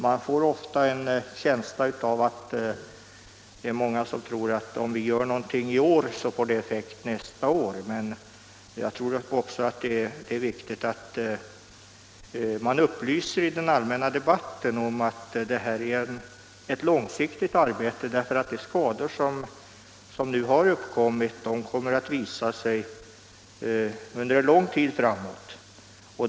Man får ofta en känsla av att många tror att om vi gör något i år får det effekt nästa år. Därför är det viktigt att i den allmänna debatten upplysa om att det rör sig om ett långsiktigt arbete och att skador på grund av asbesthaltigt damm kommer att visa sig under lång tid framåt.